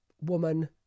woman